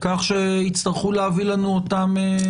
כך שיצטרכו להביא לנו אותן.